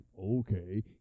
okay